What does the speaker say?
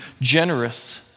generous